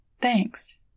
Thanks